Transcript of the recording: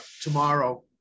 tomorrow